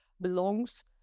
belongs